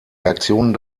reaktionen